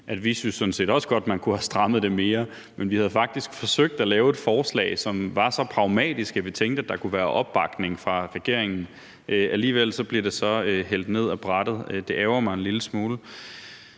set også synes, at man godt kunne have strammet det mere. Men vi har faktisk forsøgt at lave et forslag, som er så pragmatisk, at vi tænkte, at der kunne være opbakning til det fra regeringen. Og alligevel bliver det så hældt ned ad brættet, og det ærgrer mig en lille smule